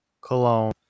Cologne